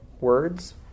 words